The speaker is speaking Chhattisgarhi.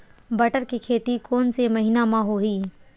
बटर के खेती कोन से महिना म होही?